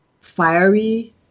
fiery